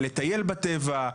לטייל בטבע.